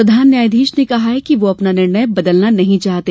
प्रधान न्यायाधीश ने कहा कि वह अपना निर्णय बदलना नहीं चाहते